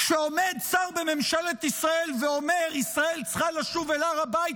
כשעומד שר בממשלת ישראל ואומר: ישראל צריכה לשוב אל הר הבית,